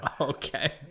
okay